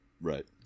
Right